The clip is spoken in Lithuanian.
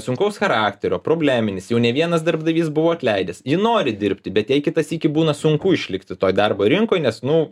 sunkaus charakterio probleminis jau ne vienas darbdavys buvo atleidęs ji nori dirbti bet jei kitą sykį būna sunku išlikti toj darbo rinkoj nes nu